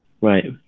Right